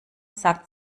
sagt